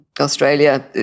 Australia